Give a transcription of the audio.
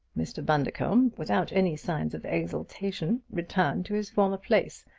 mr. bundercombe, without any signs of exultation, returned to his former place,